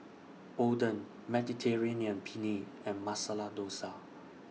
Oden Mediterranean Penne and Masala Dosa